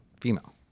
female